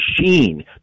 machine